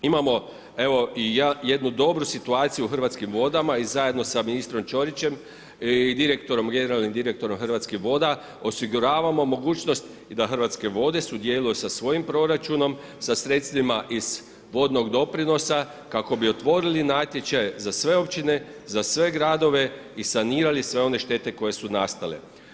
Imamo i jednu dobru situaciju u Hrvatskim vodama i zajedno sa ministrom Čorićem i direktorom, generalnim direktorom Hrvatskih voda osiguravamo mogućnost i da Hrvatske vode sudjeluju sa svojim proračunom sa sredstvima iz vodnog doprinosa kako bi otvorili natječaj za sve općine, za sve gradove i sanirali sve one štete koje su nastale.